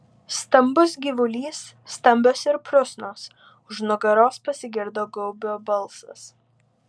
stambus gyvulys stambios ir prusnos už nugaros pasigirdo gaubio balsas